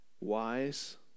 wise